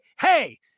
hey